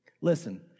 Listen